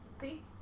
See